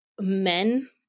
men